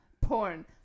porn